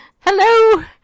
Hello